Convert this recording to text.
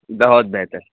بہت بہتر